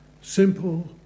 Simple